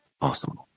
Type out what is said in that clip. Awesome